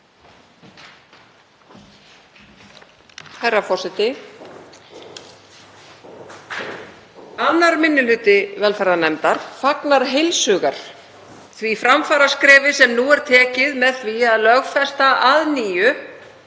Herra forseti. 2. minni hluti velferðarnefndar fagnar heils hugar því framfaraskrefi sem nú er tekið með því að lögfesta að nýju